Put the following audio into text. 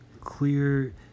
clear